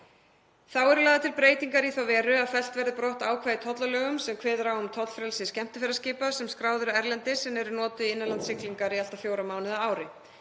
Þá eru lagðar til breytingar í þá veru að fellt verði brott ákvæði í tollalögum sem kveður á um tollfrelsi skemmtiferðaskipa sem skráð eru erlendis en eru notuð í innanlandssiglingar í allt að fjóra mánuði á ári.